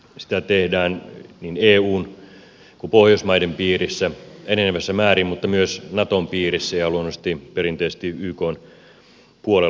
sitä tehdään niin eun kuin pohjoismaiden piirissä enenevässä määrin mutta myös naton piirissä ja luonnollisesti perinteisesti ykn puolella